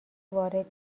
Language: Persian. وارد